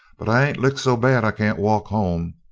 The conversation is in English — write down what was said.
but i ain't licked so bad i can't walk home.